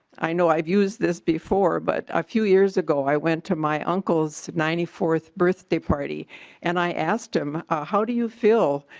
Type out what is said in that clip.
i know i've used this before but ah two years ago i went to my uncles ninety fourth birthday party and i asked him how do you feel